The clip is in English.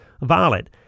violet